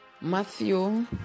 Matthew